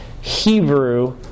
Hebrew